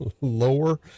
lower